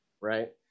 right